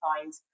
find